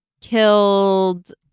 killed